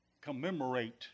commemorate